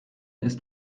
ist